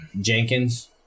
Jenkins